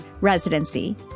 residency